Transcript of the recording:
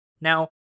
Now